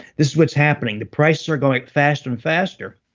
this is what's happening, the prices are going faster and faster,